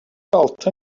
altı